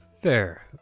Fair